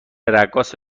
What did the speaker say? رقاص